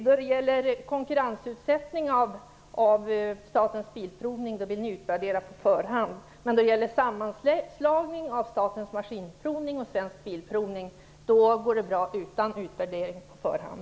Då det gäller konkurrensutsättning av Statens Bilprovningar då vill ni utvärdera på förhand. Men då det gäller sammanslagning av Statens maskinprovningar och Svenk Bilprovning, då går det bra att föreslå det utan utvärdering på förhand.